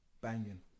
Banging